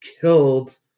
killed